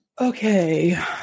Okay